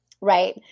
Right